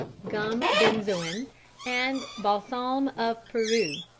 gum benzoin and balsam of peru.